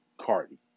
Cardi